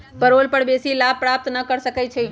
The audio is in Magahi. पेरोल कर बेशी लाभ प्राप्त न हो सकै छइ